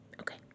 Okay